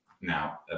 now